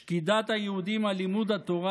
שקידת היהודים על לימוד התורה,